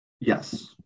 Yes